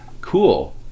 cool